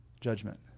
judgment